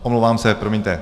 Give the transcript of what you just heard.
Omlouvám se, promiňte.